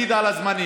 להקפיד על הזמנים.